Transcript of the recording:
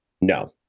no